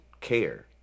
care